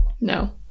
No